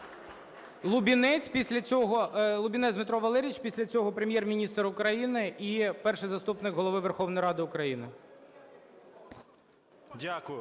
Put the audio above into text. Дякую.